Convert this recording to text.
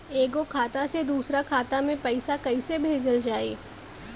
एगो खाता से दूसरा खाता मे पैसा कइसे भेजल जाई?